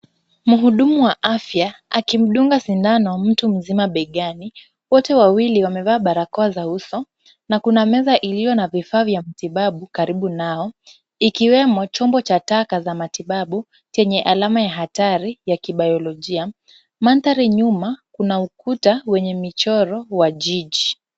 Mhudumu wa afya aKImdunga sindano mtu mzima begani, wote wawili wamevaa barakoa za uso na kuna meza iliyo na vifaa vya matibabu karibu nao, ikiwemo chombo cha taka za matibabu chenye alama ya hatari ya kibayologia, mandhari nyuma kuna ukuta wenye michoro wa jiji.